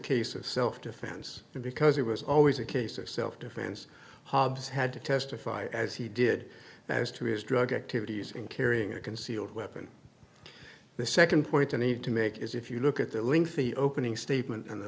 case of self defense because it was always a case of self defense hobbs had to testify as he did as to his drug activities and carrying a concealed weapon the second point i need to make is if you look at that link the opening statement and the